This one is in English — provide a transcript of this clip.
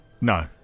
No